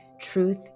truth